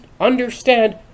understand